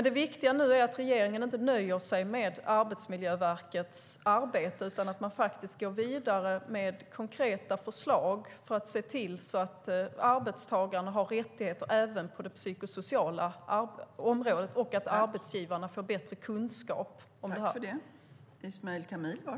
Det viktiga nu är att regeringen inte nöjer sig med Arbetsmiljöverkets arbete utan att man faktiskt går vidare med konkreta förslag för att se till att arbetstagarna har rättigheter även på det psykosociala området och att arbetsgivarna får bättre kunskap om det här.